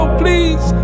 please